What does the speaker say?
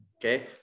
okay